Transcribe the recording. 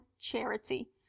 charity